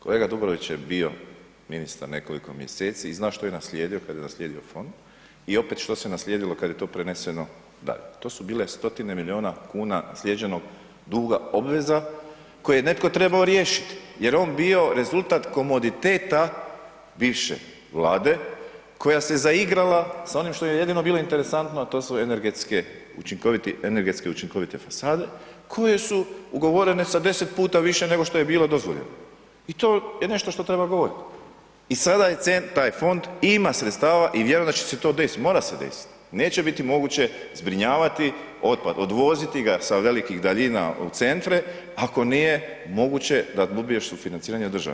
Kolega Dobrović je bio ministar nekoliko mjeseci i zna što je naslijedio kad je naslijedio fond i opet šte se naslijedilo kad je to preneseno dalje, to su bile stotine milijuna kuna naslijeđenog duga obveza koje je netko trebao riješiti jer je on bio rezultat komoditeta bivše Vlade koja se zaigrala sa onim što joj je jedino bilo interesantno a to su energetske, učinkoviti, energetski učinkovite fasade koje su ugovorene sa 10 puta više nego što je bilo dozvoljeno i to je nešto što treba govoriti i sada taj fond ima sredstava i vjerujem da će se to desiti, mora se desiti, neće biti moguće zbrinjavati otpad, odvoziti ga sa velikih daljina u centre ako nije moguće da dobiješ sufinanciranje od države.